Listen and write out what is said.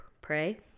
pray